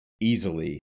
easily